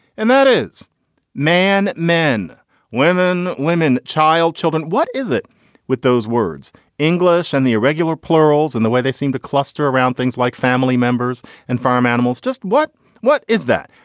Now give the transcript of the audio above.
and that is man. men women women child children what is it with those words english and the irregular plurals and the way they seem to cluster around things like family members and farm animals. just what what is that.